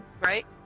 right